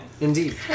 Indeed